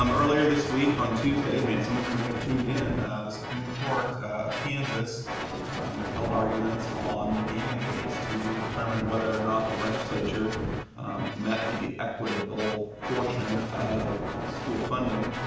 um earlier this week on tuesday some of you may have tuned in the supreme court of kansas held arguments on the gannon case to determine whether or not the legislature met the equitable portion of school funding.